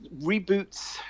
Reboots